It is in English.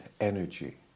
energy